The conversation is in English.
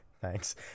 Thanks